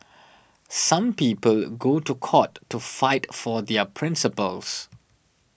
some people go to court to fight for their principles